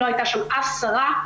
לא הייתה שם אף שרה,